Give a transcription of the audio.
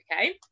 Okay